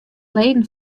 leden